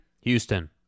Houston